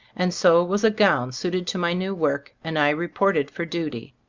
and so was a gown suited to my new work, and i reported for duty.